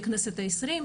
בכנסת ה-20,